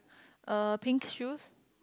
uh pink shoes